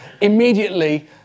immediately